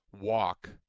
walk